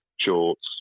shorts